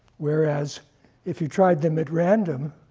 whereas if you tried them at random